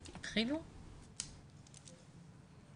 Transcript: אנשים מנסים להתחמק מלשמור על הילדים ולא למצוא פתרונות אמיתיים.